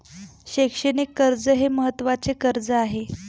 शैक्षणिक कर्ज हे महत्त्वाचे कर्ज आहे